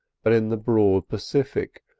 but in the broad pacific,